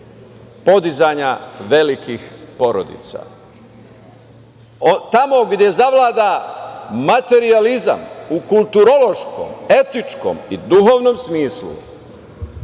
podizanja velikih porodica. Tamo gde zavlada materijalizam u kulturološkom, etičkom i duhovnom smislu,